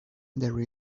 there